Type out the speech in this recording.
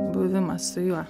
buvimas su juo